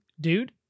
dude